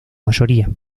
mayoría